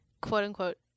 quote-unquote